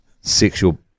sexual